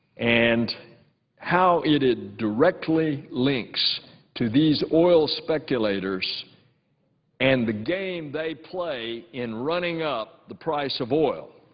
and how it it directly links to these oil speculators and the game they play in running up the price of oil.